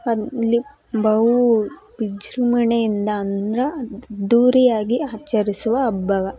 ಅಲ್ಲಿ ಬಹು ವಿಜೃಂಭಣೆಯಿಂದ ಅಂದ್ರೆ ಅದ್ದೂರಿಯಾಗಿ ಆಚರಿಸುವ ಹಬ್ಬ